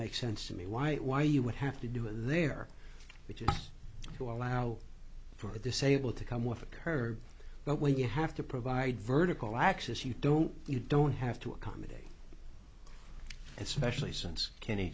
make sense to me why it why you would have to do it there which is to allow for the disabled to come with a curb but when you have to provide vertical axis you don't you don't have to accommodate especially since kenny